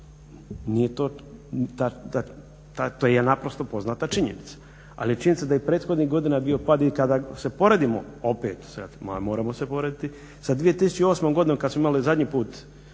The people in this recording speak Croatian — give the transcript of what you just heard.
To je naprosto poznata činjenica. Ali je činjenica je i prethodnih godina bio pad i kada se usporedimo opet, a moramo se usporediti sa 2008. godinom kada smo imali zadnji put,